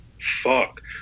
Fuck